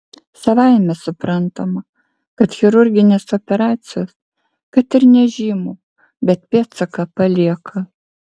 savaime suprantama kad chirurginės operacijos kad ir nežymų bet pėdsaką palieka